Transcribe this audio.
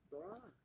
dora lah